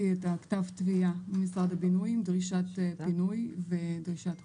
את הכתב תביעה ממשרד הבינוי עם דרישת פינוי ודרישת חוב.